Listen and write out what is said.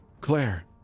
Claire